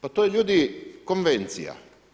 Pa to je ljudi konvencija.